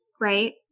Right